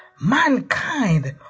Mankind